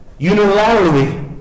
unilaterally